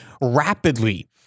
rapidly